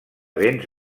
béns